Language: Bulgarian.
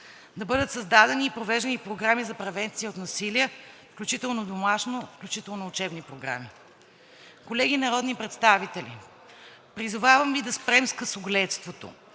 Да бъдат създадени и провеждани програми за превенция от насилие, включително домашно, включително учебни програми. Колеги народни представители, призовавам Ви да спрем с късогледството,